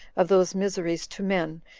of those miseries to men,